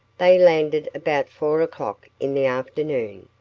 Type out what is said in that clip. they landed about four o'clock in the afternoon,